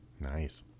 nice